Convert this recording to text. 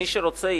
מי שרוצה יקנה,